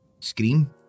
scream